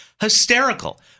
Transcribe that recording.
hysterical